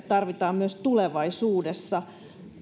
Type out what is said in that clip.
tarvitaan myös tulevaisuudessa